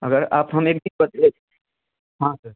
अगर आप हमें भी हाँ सर